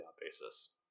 basis